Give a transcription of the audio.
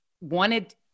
wanted